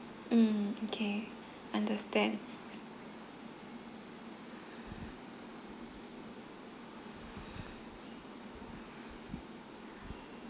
mm okay understand